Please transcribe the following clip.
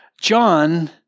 John